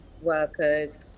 workers